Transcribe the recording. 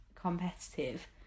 competitive